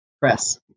Press